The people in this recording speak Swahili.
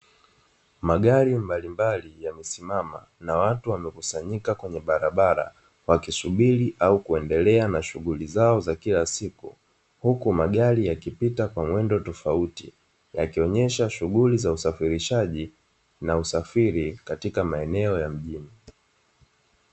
Magari mbalimbali yamesimama na watu wamekusanyika kwenye barabara wakisubiri au kuendelea na shughuli zao, za kila siku huku magari yakipita kwa mwendo tofauti yakionyesha shughuli za usafirishaji na usafiri katika maeneo ya mjini.